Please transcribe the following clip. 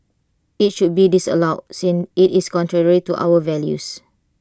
IT should be disallowed since IT is contrary to our values